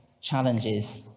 challenges